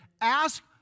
Ask